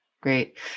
Great